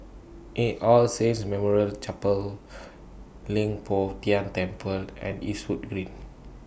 A All Saints Memorial Chapel Leng Poh Tian Temple and Eastwood Green